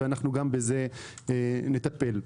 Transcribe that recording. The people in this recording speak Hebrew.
וגם בזה נטל.